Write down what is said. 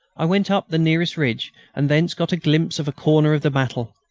i went up the nearest ridge and thence got a glimpse of a corner of the battle.